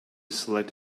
select